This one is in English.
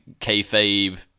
kayfabe